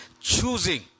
choosing